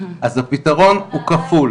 אז הפתרון הוא כפול.